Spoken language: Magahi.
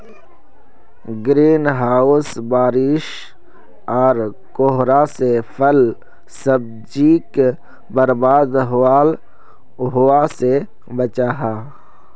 ग्रीन हाउस बारिश आर कोहरा से फल सब्जिक बर्बाद होवा से बचाहा